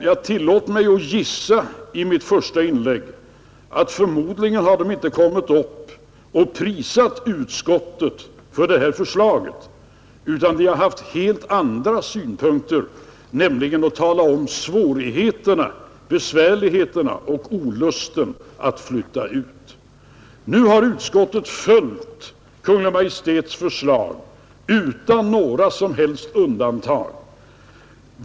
Jag tillät mig att i mitt första inlägg gissa att dessa förmodligen inte kom för att prisa utskottet för detta förslag, utan de har haft helt andra synpunkter, nämligen att tala om svårigheterna, besvärligheterna och olusten att flytta ut. Nu har utskottet följt Kungl. Maj:ts förslag utan några som helst undantag.